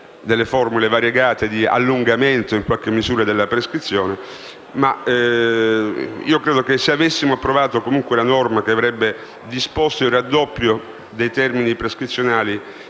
delle formule variegate di allungamento della prescrizione. Tuttavia, credo che se avessimo approvato la norma che avrebbe disposto il raddoppio dei termini prescrizionali